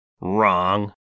Wrong